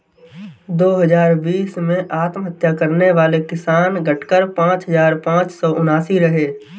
दो हजार बीस में आत्महत्या करने वाले किसान, घटकर पांच हजार पांच सौ उनासी रहे